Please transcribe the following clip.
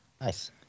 Nice